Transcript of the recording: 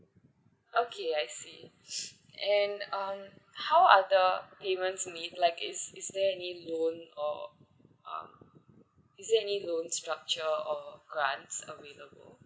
okay I see and um how are the payment made like is is there any loan or um is there any loan structure or grants available